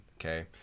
okay